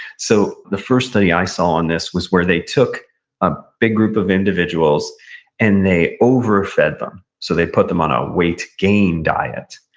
so the first study i saw on this was where they took a big group of individuals and they overfed them. so they put them on a weight gain diet.